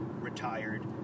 retired